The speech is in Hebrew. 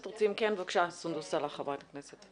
כן, בבקשה, סונסוס סאלח, חברת הכנסת.